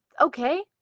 okay